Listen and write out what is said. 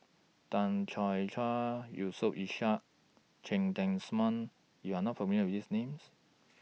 Tan Choo Yusof Ishak Cheng Tsang Man YOU Are not familiar with These Names